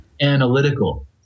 analytical